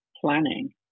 planning